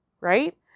Right